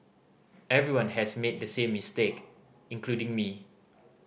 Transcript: everyone has made the same mistake including me